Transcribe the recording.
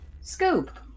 Scoop